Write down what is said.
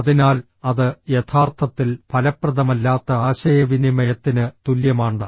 അതിനാൽ അത് യഥാർത്ഥത്തിൽ ഫലപ്രദമല്ലാത്ത ആശയവിനിമയത്തിന് തുല്യമാണ്